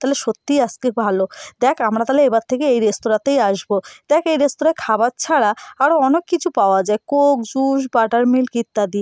তাহলে সত্যি আজকে ভালো দেখ আমরা তাহলে এবার থেকে এই রেস্তরাঁতেই আসবো দেখ এই রেস্তোরাঁয় খাবার ছাড়া আরো অনেক কিছু পাওয়া যায় কোক জুস বাটার মিল্ক ইত্যাদি